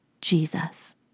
Jesus